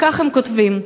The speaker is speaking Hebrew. וכך הם כותבים: